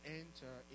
enter